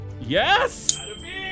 Yes